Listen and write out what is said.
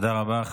תודה רבה.